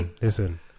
listen